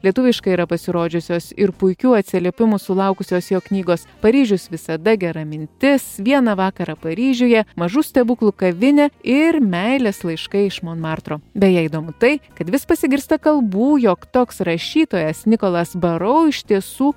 lietuviškai yra pasirodžiusios ir puikių atsiliepimų sulaukusios jo knygos paryžius visada gera mintis vieną vakarą paryžiuje mažų stebuklų kavinė ir meilės laiškai iš monmartro beje įdomu tai kad vis pasigirsta kalbų jog toks rašytojas nikolas barau iš tiesų